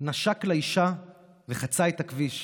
נשק לאישה וחצה את הכביש /